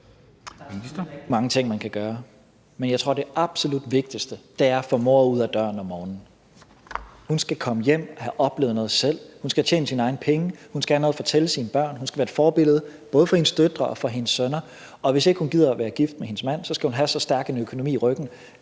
er mange ting, man kan gøre. Men jeg tror, det absolut vigtigste er at få mor ud ad døren om morgenen. Hun skal komme hjem og have oplevet noget selv, hun skal tjene sine egne penge, hun skal have noget at fortælle sine børn, hun skal være et forbillede både for sine døtre og for sine sønner. Og hvis hun ikke gider at være gift med sin mand, skal hun have så stærk en økonomi i ryggen,